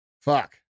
Fuck